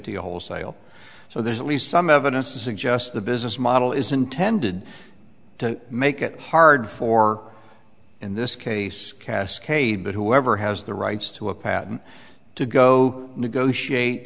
you wholesale so there's at least some evidence to suggest the business model is intended to make it hard for in this case cascade that whoever has the rights to a patent to go negotiate